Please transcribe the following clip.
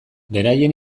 beraien